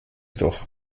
doch